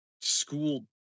school